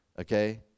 okay